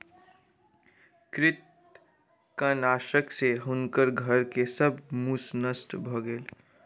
कृंतकनाशक सॅ हुनकर घर के सब मूस नष्ट भ गेल